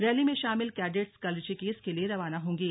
rally में शामिल cadets कल ऋषिकेश के लिए रवाना होंगे